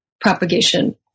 propagation